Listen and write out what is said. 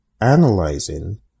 analyzing